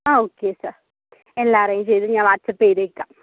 ആ okay sir എല്ലാ arrange ചെയ്ത് ഞാൻ വാട്സാപ്പെയ്തേക്കാം